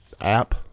app